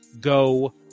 go